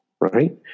right